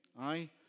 aye